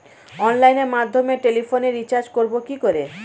অনলাইনের মাধ্যমে টেলিফোনে রিচার্জ করব কি করে?